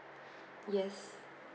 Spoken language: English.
yes